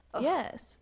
Yes